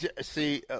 See